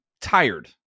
tired